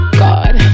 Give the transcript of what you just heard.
god